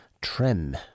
trim